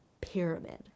pyramid